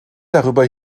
darüber